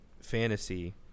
fantasy